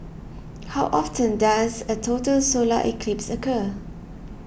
how often does a total solar eclipse occur